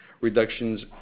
reductions